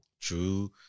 true